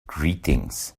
greetings